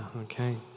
okay